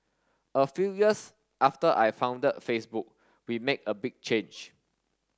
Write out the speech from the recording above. a few years after I founded Facebook we made a big change